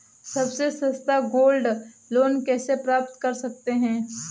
सबसे सस्ता gold loan कैसे प्राप्त कर सकते हैं?